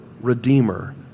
Redeemer